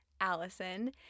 Allison